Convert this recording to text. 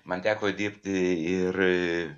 man teko dirbti ir